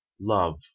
Love